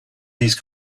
these